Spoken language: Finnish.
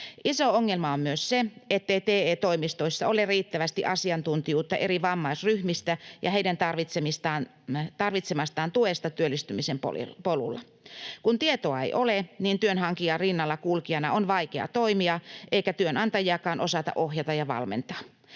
Iso ongelma on myös se, ettei TE-toimistoissa ole riittävästi asiantuntijuutta eri vammaisryhmistä ja heidän tarvitsemastaan tuesta työllistymisen polulla. Kun tietoa ei ole, niin työnhakijan rinnallakulkijana on vaikea toimia eikä työnantajiakaan osata ohjata ja valmentaa.